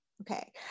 Okay